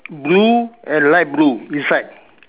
blue and light blue inside